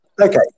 Okay